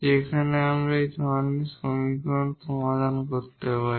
যেখানে আমরা এই ধরনের সমীকরণ সমাধান করতে পারি